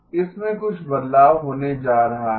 इसलिए इसमें कुछ बदलाव होने जा रहा है